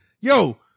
Yo